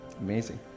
Amazing